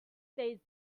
stays